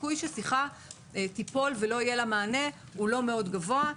הסיכוי שהשיחה תיפול ולא יהיה לה מענה הוא לא מאוד גבוה.